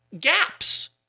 gaps